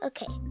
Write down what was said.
Okay